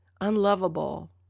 unlovable